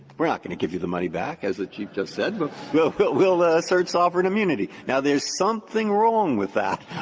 we're not going to give you the money back as the chief justice said. but we'll but we'll assert sovereign immunity. now, there's something wrong with that.